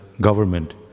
government